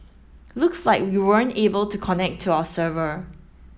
looks like we weren't able to connect to our server